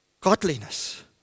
Godliness